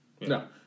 no